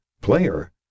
player